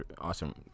awesome